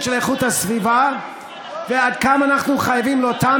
של איכות הסביבה ועד כמה אנחנו חייבים לאותם